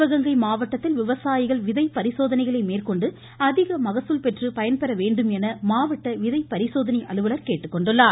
சிவகங்கை மாவட்டத்தில் விவசாயிகள் விதை பரிசோதனைகளை மேற்கொண்டு அதிக மகசூல் பெற்று பயன்பெற வேண்டும் என மாவட்ட விதை பரிசோதனை அலுவலர் தெரிவித்துள்ளார்